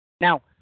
Now